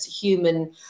human